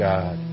God